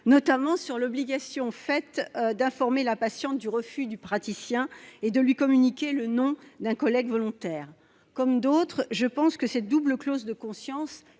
notamment sur l'obligation d'informer la patiente du refus du praticien et de lui communiquer le nom d'un collègue volontaire. Comme d'autres, je pense que cette double clause de conscience,